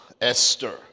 Esther